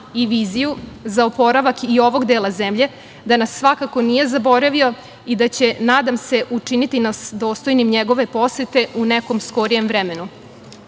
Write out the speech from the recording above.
i viziju za oporavak i ovog dela zemlje, da nas svakako nije zaboravio i da će, nadam se, učiniti nas dostojnim njegove posete u nekom skorijem